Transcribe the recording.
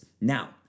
Now